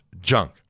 junk